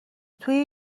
توی